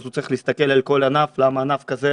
אז הוא צריך להסתכל על כל ענף למה ענף כזה